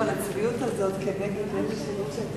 זו גם הסברה פנים-ישראלית?